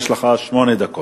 יש לך שמונה דקות.